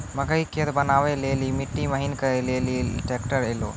मकई के खेत बनवा ले ली मिट्टी महीन करे ले ली ट्रैक्टर ऐलो?